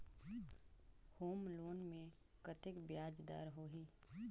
Home loan मे कतेक ब्याज दर होही?